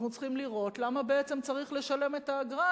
אנחנו צריכים לראות למה בעצם צריך לשלם את האגרה,